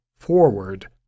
forward